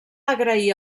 agrair